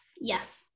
yes